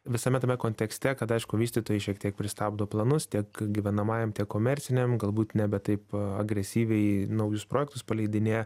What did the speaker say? visame tame kontekste kada aišku vystytojai šiek tiek pristabdo planus tiek gyvenamajam komerciniam galbūt nebe taip a agresyviai naujus projektus paleidinėja